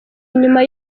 nyuma